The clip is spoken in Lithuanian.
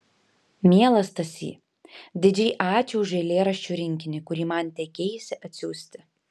mielas stasy didžiai ačiū už eilėraščių rinkinį kurį man teikeisi atsiųsti